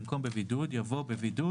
במקום "בבידוד" יבוא "בבידוד,